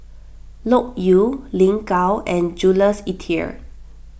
Loke Yew Lin Gao and Jules Itier